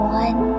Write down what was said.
one